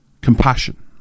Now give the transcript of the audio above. compassion